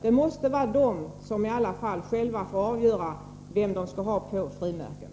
Det måste vara de som i alla fall själva får avgöra vem de skall ha på frimärken.